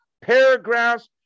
paragraphs